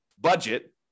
budget